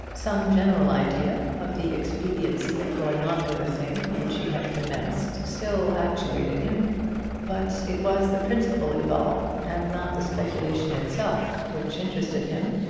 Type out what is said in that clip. some general idea of the expediency of going on with a thing which he had commenced still actuated him but it was the principle involved, and not the speculation itself, which interested him.